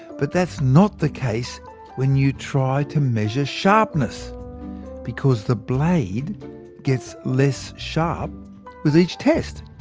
but that's not the case when you try to measure sharpness because the blade gets less sharp with each test.